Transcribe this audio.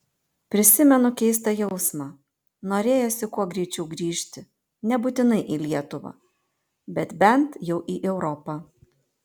prisimenu keistą jausmą norėjosi kuo greičiau grįžti nebūtinai į lietuvą bet bent jau į europą